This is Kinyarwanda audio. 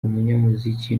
umunyamuziki